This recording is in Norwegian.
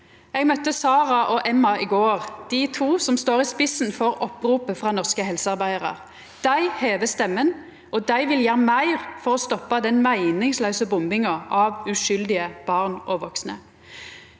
Eg møtte Sara og Emma i går, dei to som står i spissen for oppropet frå norske helsearbeidarar. Dei hever stemma, og dei vil gjera meir for å stoppa den meiningslause bombinga av uskuldige ungar og vaksne.